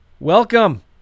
Welcome